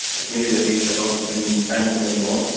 community that meets as often in hamilton anymore,